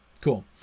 Cool